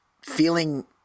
feeling